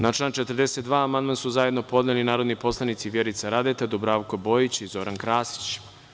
Na član 42. amandman su zajedno podneli narodni poslanici Vjerica Radeta, Dubravko Bojić i Zoran Krasić.